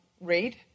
read